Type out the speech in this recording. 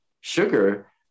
sugar